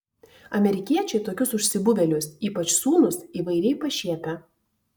amerikiečiai tokius užsibuvėlius ypač sūnus įvairiai pašiepia